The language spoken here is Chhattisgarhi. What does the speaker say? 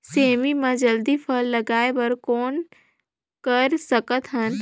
सेमी म जल्दी फल लगाय बर कौन कर सकत हन?